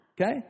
Okay